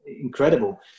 incredible